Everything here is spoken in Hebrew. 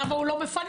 למה הוא לא מפנה?